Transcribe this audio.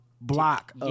block